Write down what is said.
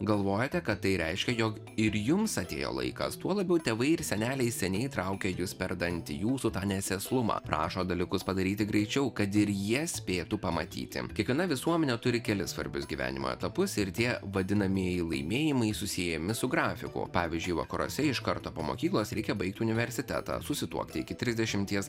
galvojate kad tai reiškia jog ir jums atėjo laikas tuo labiau tėvai ir seneliai seniai traukia jus per dantį jūsų tą nesėslumą prašo dalykus padaryti greičiau kad ir jie spėtų pamatyti kiekviena visuomenė turi kelis svarbius gyvenimo etapus ir tie vadinamieji laimėjimai susiejami su grafiku pavyzdžiui vakaruose iš karto po mokyklos reikia baigti universitetą susituokti iki trisdešimties